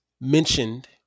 mentioned